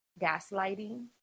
gaslighting